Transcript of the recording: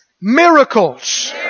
Miracles